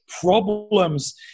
problems